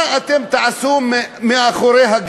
מה אתם תעשו בגטו?